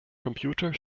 computer